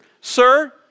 sir